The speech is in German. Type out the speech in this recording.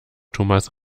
thomas